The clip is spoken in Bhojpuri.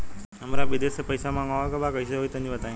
हमरा विदेश से पईसा मंगावे के बा कइसे होई तनि बताई?